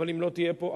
אבל אם היא לא תהיה פה,